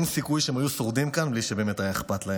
אין סיכוי שהם היו שורדים כאן בלי שבאמת היה להם אכפת.